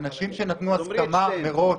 אנשים שנתנו הסכמה מראש,